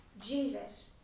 Jesus